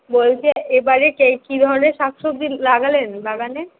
বলছি এবারে কে কী ধরনের শাকসবজি লাগালেন বাগানে